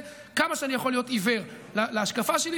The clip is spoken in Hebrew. כמה שאני יכול להיות עיוור להשקפה שלי,